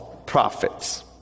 prophets